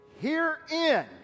Herein